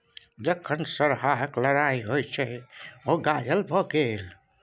जखन सरहाक लड़ाइ होइत रहय ओ घायल भए गेलै